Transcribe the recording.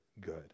good